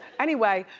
anyway,